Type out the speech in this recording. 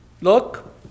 Look